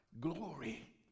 glory